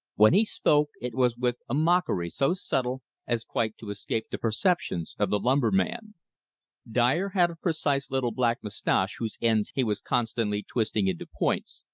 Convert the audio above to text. when he spoke, it was with a mockery so subtle as quite to escape the perceptions of the lumberman. dyer had a precise little black mustache whose ends he was constantly twisting into points,